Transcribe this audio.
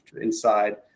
inside